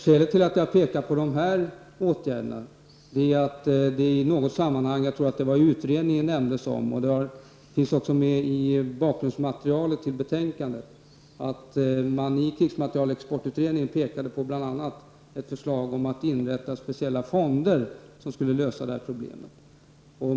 Skälet till att jag pekade på dessa åtgärder är att de i något sammanhang -- jag tror att det var i utredningen -- nämndes. Det finns också med i bakgrundsmaterialet till betänkandet att man i krigsmaterielexportutredningen bl.a. pekade på ett förslag om att inrätta speciella fonder som skulle lösa problemet.